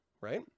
right